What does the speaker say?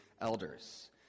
elders